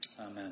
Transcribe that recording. Amen